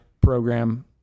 program